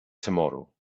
tomorrow